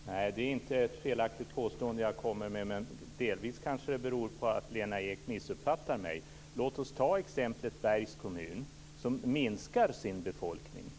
Fru talman! Nej, det är inte ett felaktigt påstående jag kommer med. Till en del missuppfattar kanske Lena Ek mig. Låt oss ta exemplet Bergs kommun där befolkningen